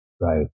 Right